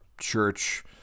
Church